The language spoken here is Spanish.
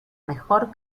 mejor